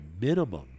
minimum